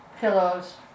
pillows